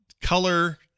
color